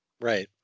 right